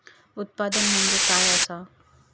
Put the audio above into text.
उत्पादन म्हणजे काय असा?